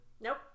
Nope